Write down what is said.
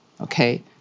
okay